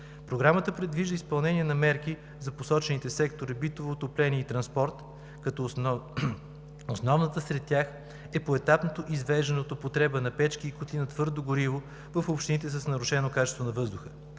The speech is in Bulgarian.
Програмата предвижда изпълнение на мерки за посочените сектори – битово отопление и транспорт, като основната сред тях е поетапното извеждане от употреба на печки и котли на твърдо гориво в общините с нарушено качество на въздуха.